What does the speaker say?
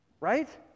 Right